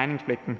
hegningspligten.